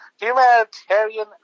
humanitarian